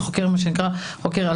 זה חוקר,